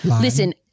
listen